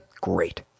great